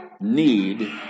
need